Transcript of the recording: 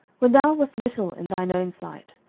when thou wast little in thine own sight,